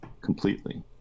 completely